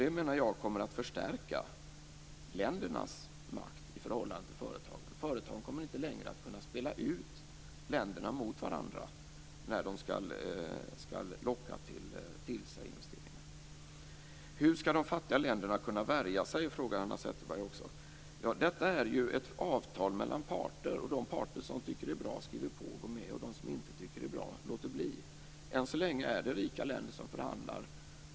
Det menar jag kommer att förstärka ländernas makt i förhållande till företagen. Företagen kommer inte längre att kunna spela ut länder mot varandra när dessa skall locka till sig investeringar. Hanna Zetterberg frågar också: Hur skall de fattiga länderna kunna värja sig? Detta är ju ett avtal mellan parter. De parter som tycker att det är bra skriver på och de som inte tycker att det är bra låter bli. Än så länge är det rika länder som förhandlar.